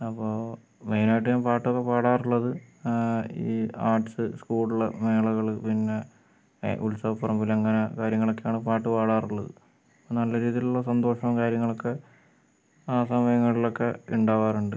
അപ്പോൾ മെയിനായിട്ട് ഞാൻ പാട്ടൊക്കെ പാടാറുള്ളത് ഈ ആർട്സ് സ്കൂളിൽ മേളകൾ പിന്നെ ഉത്സവപ്പറമ്പിൽ അങ്ങനെ കാര്യങ്ങളൊക്കെയാണ് പാട്ടുപാടാറുള്ളത് അപ്പം നല്ല രീതിയിലുള്ള സന്തോഷവും കാര്യങ്ങളൊക്കെ ആ സമയങ്ങളിലൊക്കെ ഉണ്ടാകാറുണ്ട്